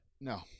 No